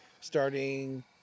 starting